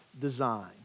design